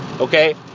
Okay